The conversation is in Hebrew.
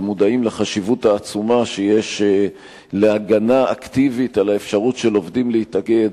ומודעים לחשיבות העצומה שיש להגנה אקטיבית על האפשרות של עובדים להתאגד,